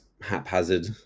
haphazard